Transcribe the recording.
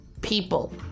people